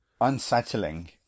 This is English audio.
unsettling